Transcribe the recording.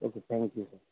okay thank you